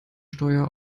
steuer